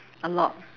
a lot